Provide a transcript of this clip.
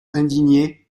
indigné